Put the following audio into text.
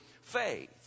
faith